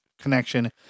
connection